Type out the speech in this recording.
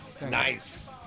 Nice